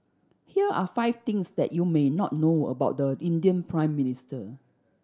here are five things that you may not know about the Indian Prime Minister